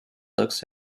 looks